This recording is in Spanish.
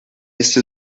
esto